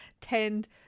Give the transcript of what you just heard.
tend